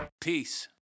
Peace